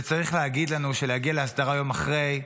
זה צריך להגיד לנו שלהגיע להסדרה יום אחרי,